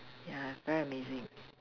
ya very amazing